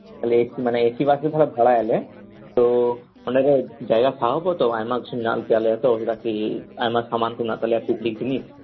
ᱛᱟᱦᱞᱮ ᱮᱥᱤ ᱢᱟᱱᱮ AC bus ᱜᱮ ᱵᱷᱟᱲᱟᱭᱟᱞᱮ ᱛᱚ ᱚᱱᱟᱨᱮ ᱡᱟᱭᱜᱟ ᱥᱟᱦᱚᱵᱚᱜᱼᱟ ᱛᱚ ᱟᱭᱢᱟ ᱠᱤᱪᱷᱩ ᱢᱮᱱᱟᱜᱼᱟ ᱛᱟᱞᱮᱭᱟ ᱛᱚ ᱟᱭᱢᱟ ᱥᱟᱢᱟᱱ ᱢᱮᱱᱟᱜ ᱛᱟᱞᱮᱭᱟ ᱯᱤᱠᱱᱤᱠ ᱡᱤᱱᱤᱥ